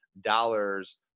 dollars